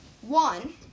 One